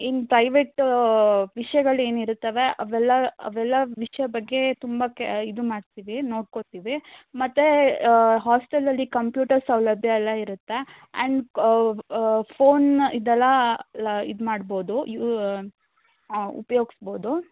ಇನ್ನು ಪ್ರೈವೇಟ್ ವಿಷ್ಯಗಳು ಏನಿರುತ್ತವೆ ಅವೆಲ್ಲ ಅವೆಲ್ಲ ವಿಷಯ ಬಗ್ಗೆ ತುಂಬ ಕೆ ಇದು ಮಾಡ್ತೀವಿ ನೋಡ್ಕೊಳ್ತೀವಿ ಮತ್ತು ಹಾಸ್ಟೆಲಲ್ಲಿ ಕಂಪ್ಯೂಟರ್ ಸೌಲಭ್ಯ ಎಲ್ಲ ಇರುತ್ತೆ ಆ್ಯಂಡ್ ಫೋನ್ ಇದೆಲ್ಲ ಲ ಇದು ಮಾಡ್ಬೋದು ಯು ಹಾಂ ಉಪ್ಯೋಗಿಸ್ಬೋದು